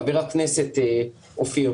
חבר הכנסת אופיר.